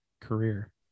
career